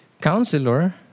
counselor